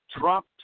Trump